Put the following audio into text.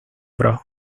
bros